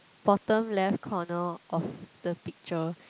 bottom left corner of the picture